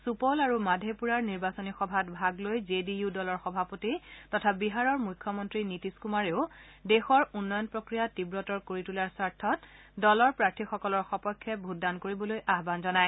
সুপৌল আৰু মাধেপুৰাৰ নিৰ্বাচনী সভাত ভাগ লৈ জে ডি ইউ দলৰ সভাপতি তথা বিহাৰৰ মুখ্যমন্ত্ৰী নীতিশ কুমাৰেও দেশৰ উন্নয়ন প্ৰক্ৰিয়া তীৱতৰ কৰি তোলাৰ স্বাৰ্থত দলৰ প্ৰাৰ্থিসকলৰ সপক্ষে ভোটদান কৰিবলৈ আহান জনায়